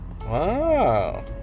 wow